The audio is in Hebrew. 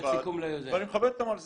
בנפרד ואני מכבד אותם על זה,